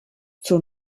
zur